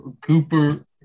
Cooper